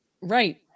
right